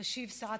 תשיב שרת